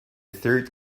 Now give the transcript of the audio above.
third